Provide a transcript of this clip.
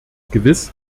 gewiss